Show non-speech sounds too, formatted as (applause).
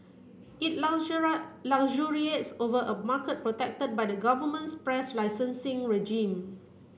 it (unintelligible) luxuriates over a market protected by the government's press licensing regime